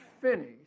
finish